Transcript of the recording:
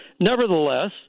nevertheless